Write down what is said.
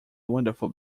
wonderful